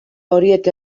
horiek